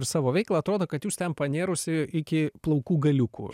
ir savo veiklą atrodo kad jūs ten panėrusi iki plaukų galiukų